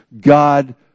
God